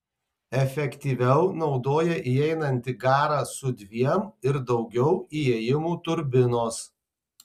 efektyviau naudoja įeinantį garą su dviem ir daugiau įėjimų turbinos